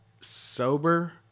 sober